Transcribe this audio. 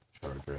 charger